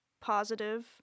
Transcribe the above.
positive